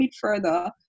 further